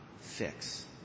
fix